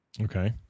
okay